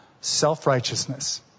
Self-righteousness